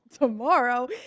tomorrow